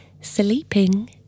sleeping